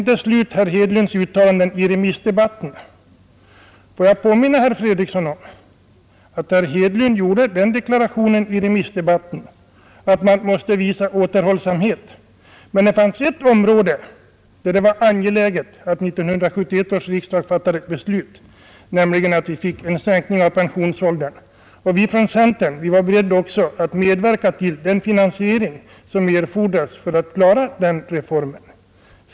När det gäller herr Hedlunds uttalanden i remissdebatten vill jag påminna herr Fredriksson om att herr Hedlund gjorde den deklarationen, att man måste visa återhållsamhet, men att det finns ett område där det är angeläget att 1971 års riksdag fattar ett beslut, nämligen i fråga om att få till stånd en sänkning av pensionsåldern. Herr Hedlund sade också att vi inom centern är beredda att medverka till den finansiering som erfordras för reformen.